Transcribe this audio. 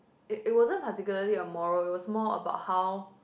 it it wasn't particularly on moral it was more about how